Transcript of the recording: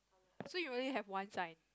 so you only have one sign